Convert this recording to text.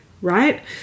right